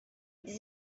this